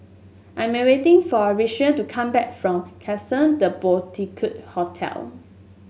I am waiting for Ritchie to come back from Klapsons The Boutique Hotel